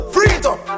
Freedom